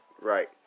Right